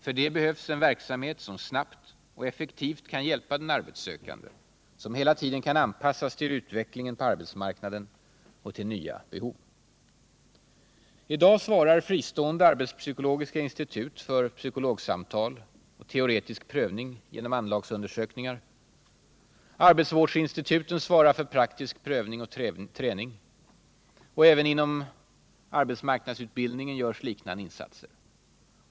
För det behövs en verksamhet, som snabbt och effektivt kan hjälpa den arbetssökande, som fortlöpande kan anpassas till utvecklingen på arbetsmarknaden och till nya behov. I dag svarar fristående arbetspsykologiska institut för psykologsamtal och teoretisk prövning genom anlagsundersökningar. Arbetsvårdsinstituten svarar för praktisk prövning och träning. Även inom arbetsmarknadsutbildningen görs liknande insatser.